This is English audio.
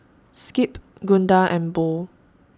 Skip Gunda and Bo